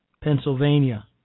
Pennsylvania